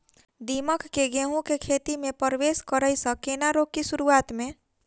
दीमक केँ गेंहूँ केँ खेती मे परवेश करै सँ केना रोकि शुरुआत में?